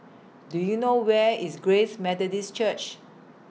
Do YOU know Where IS Grace Methodist Church